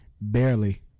Barely